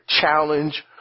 challenge